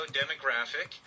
demographic